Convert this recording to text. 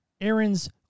Aaron's